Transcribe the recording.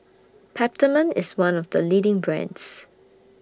Peptamen IS one of The leading brands